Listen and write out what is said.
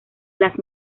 las